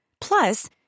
Plus